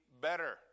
better